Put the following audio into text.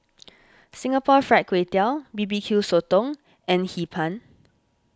Singapore Fried Kway Tiao BBQ Sotong and Hee Pan